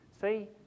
See